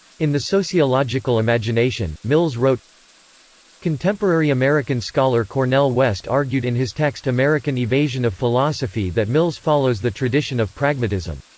in the sociological imagination, mills wrote contemporary american scholar cornel west argued in his text american evasion of philosophy that mills follows the tradition of pragmatism.